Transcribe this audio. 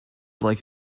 like